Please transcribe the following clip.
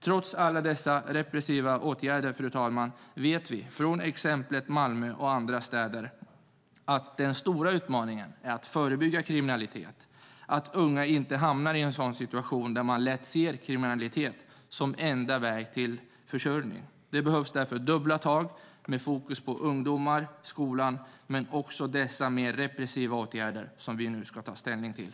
Trots alla dessa repressiva åtgärder vet vi från exemplet Malmö och andra städer att den stora utmaningen är att förebygga kriminalitet och se till att unga inte hamnar i en situation där man lätt ser kriminalitet som enda väg till försörjning. Det behövs därför dubbla tag med fokus på ungdomar och skola och dessa mer repressiva åtgärder som vi nu ska ta ställning till.